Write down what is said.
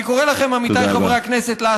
אני קורא לכם, עמיתיי חברי הכנסת, תודה רבה.